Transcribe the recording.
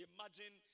Imagine